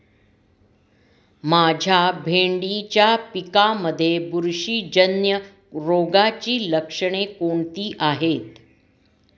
माझ्या भेंडीच्या पिकामध्ये बुरशीजन्य रोगाची लक्षणे कोणती आहेत?